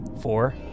four